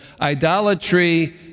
idolatry